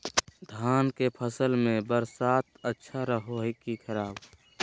धान के फसल में बरसात अच्छा रहो है कि खराब?